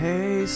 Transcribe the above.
Hey